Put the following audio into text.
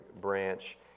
Branch